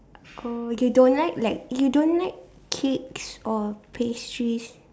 oh you don't like like you don't like cakes or pastries